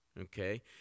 okay